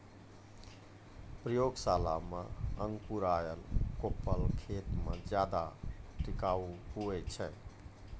प्रयोगशाला मे अंकुराएल कोपल खेत मे ज्यादा टिकाऊ हुवै छै